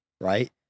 right